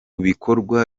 bikorwa